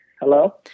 Hello